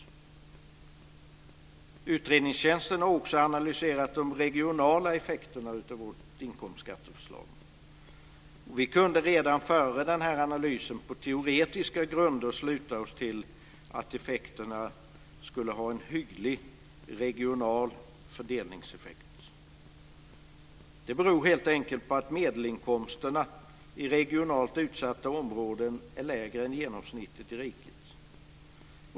Utredningstjänsten har också analyserat de regionala effekterna av vårt inkomstskatteförslag. Vi kunde redan före den här analysen på teoretiska grunder sluta oss till att effekterna skulle ha en hygglig regional fördelningseffekt. Det beror helt enkelt på att medelinkomsterna i regionalt utsatta områden är lägre än genomsnittet i riket.